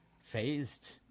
phased